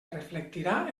reflectirà